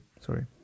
sorry